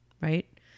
right